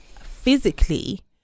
physically